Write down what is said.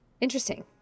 interesting